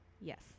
yes